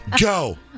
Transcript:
Go